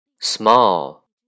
Small